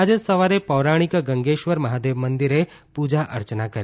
આજે સવારે પૌરાણિક ગંગેશ્વર મહાદેવ મંદીરે પુજા અર્ચના કરી